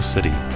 City